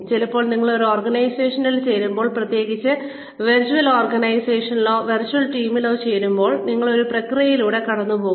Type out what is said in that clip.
ചിലപ്പോൾ നിങ്ങൾ ഒരു ഓർഗനൈസേഷനിൽ ചേരുമ്പോൾ പ്രത്യേകിച്ച് വെർച്വൽ ഓർഗനൈസേഷനുകളിലോ വെർച്വൽ ടീമുകളിലോ ചേരുമ്പോൾ നിങ്ങൾ ഒരു പ്രക്രിയയിലൂടെ കടന്നുപോകും